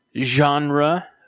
genre